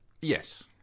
Yes